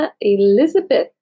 Elizabeth